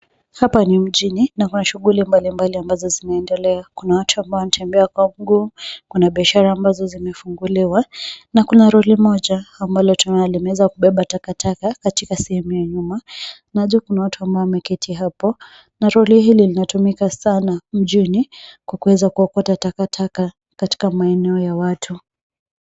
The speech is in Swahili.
Hapa ni mjini na kuna shughuli mbalimbali ambazo zinaendelea. Kuna watu ambao wanatembea kwa mguu, kuna biashara ambazo zimefunguliwa na kuna lori moja ambalo tunona limeweza kubeba taktaka katika sehemu ya nyuma na juu kuna watu ambao wameketi hapo na lori hili linatumika sana mjini kwa kuweza kuokota takataka katika maeneo ya watu.